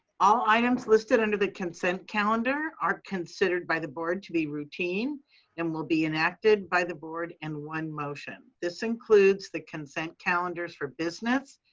all items listed under the consent calendar are considered by the board to be routine and will be enacted by the board in one motion. this includes the consent calendars for business,